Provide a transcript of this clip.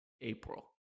April